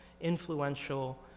influential